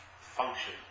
function